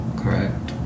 correct